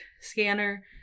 scanner